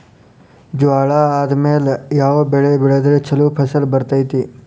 ಜ್ವಾಳಾ ಆದ್ಮೇಲ ಯಾವ ಬೆಳೆ ಬೆಳೆದ್ರ ಛಲೋ ಫಸಲ್ ಬರತೈತ್ರಿ?